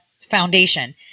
Foundation